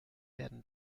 werden